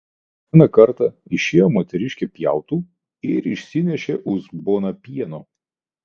vieną kartą išėjo moteriškė pjautų ir išsinešė uzboną pieno